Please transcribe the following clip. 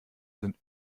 sind